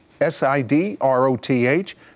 S-I-D-R-O-T-H